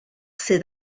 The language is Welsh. sydd